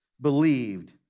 believed